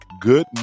Good